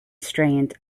strained